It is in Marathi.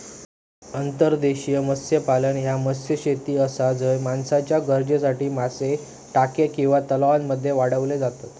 अंतर्देशीय मत्स्यपालन ह्या मत्स्यशेती आसा झय माणसाच्या गरजेसाठी मासे टाक्या किंवा तलावांमध्ये वाढवले जातत